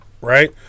right